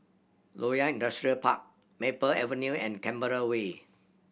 Loyang Industrial Park Maple Avenue and Canberra Way